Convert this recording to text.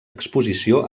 exposició